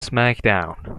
smackdown